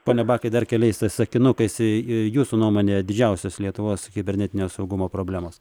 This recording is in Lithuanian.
pone bakai dar keliais sakinukais i jūsų nuomone didžiausios lietuvos kibernetinio saugumo problemos